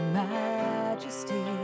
majesty